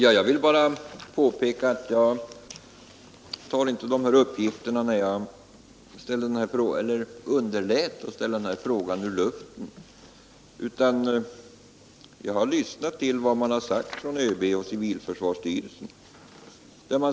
Herr talman! Anledningen till att jag underlät att framföra min fråga är inte att jag tagit mina uppgifter ur luften. Jag har lyssnat till vad ÖB Nr 133 Onsdagen den måste omprövas och att det inte finns någon färdig planering för detta. och civilförsvarsstyrelsen har sagt.